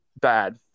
bad